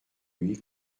lui